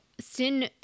sin